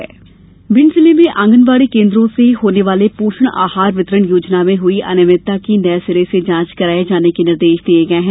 पोषण जांच भिण्ड जिले में आंगनवाड़ी केन्द्रों से होने वाले पोषण आहार वितरण योजना में हई अनियमितता की नये सिरे से जांच कराये जाने के निर्देश दिये गये हैं